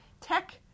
Tech